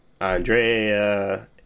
Andrea